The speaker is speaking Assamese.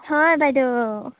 হয় বাইদেউ